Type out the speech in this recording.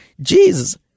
Jesus